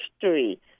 history